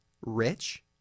rich